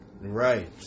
Right